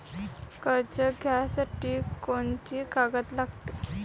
कर्ज घ्यासाठी कोनची कागद लागते?